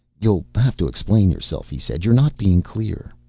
you'll have to explain yourself, he said. you're not being clear.